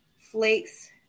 flakes